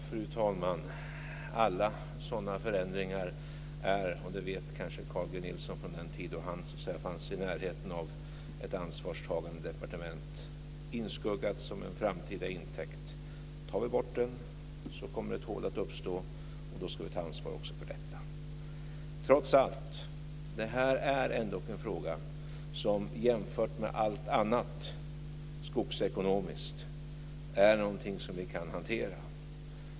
Fru talman! Alla sådana förändringar är - och det vet kanske Carl G Nilson från den tiden då han fanns i närheten av ett ansvarstagande departement - inskuggade som en framtida intäkt. Tar man bort dem kommer det att uppstå ett hål, och då måste vi ta ansvar för detta. Trots allt är det här en fråga som, jämfört med allt annat skogsekonomiskt, är någonting som vi kan hantera.